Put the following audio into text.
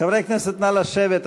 חברי הכנסת, נא לשבת.